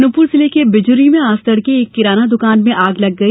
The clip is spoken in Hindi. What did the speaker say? अनूपपुर जिले के बिजूरी में आज तड़के एक किराना दुकान में आग लग गई